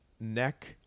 neck